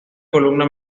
columna